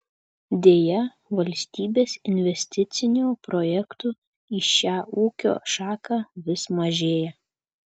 deja valstybės investicinių projektų į šią ūkio šaką vis mažėja